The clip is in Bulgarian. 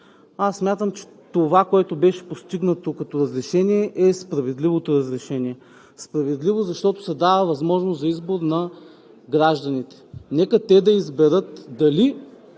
Аз смятам, че това, което беше постигнато като разрешение, е справедливото разрешение. Справедливо, защото се дава възможност за избор на гражданите. Нека те да изберат дали